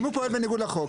אם הוא פועל בניגוד לחוק,